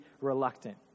reluctant